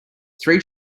three